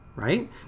right